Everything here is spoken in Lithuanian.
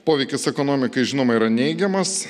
poveikis ekonomikai žinoma yra neigiamas